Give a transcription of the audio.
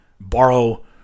borrow